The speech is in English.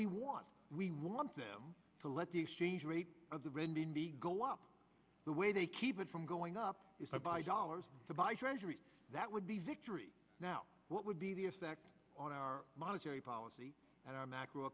we want we want them to let the exchange rate of the renminbi go up the way they keep it from going up if i buy dollars to buy treasuries that would be victory now what would be the effect on our monetary policy and our macro